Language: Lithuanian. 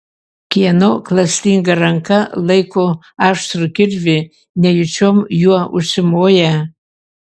kieno klastinga ranka laiko aštrų kirvį nejučiom juo užsimoja